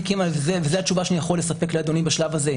וזו התשובה שאני יכול לספק לאדוני בשלב הזה,